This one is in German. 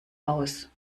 aus